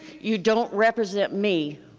you don't represent me